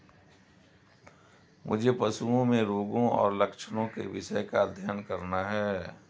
मुझे पशुओं में रोगों और लक्षणों के विषय का अध्ययन करना है